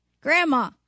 Grandma